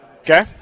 okay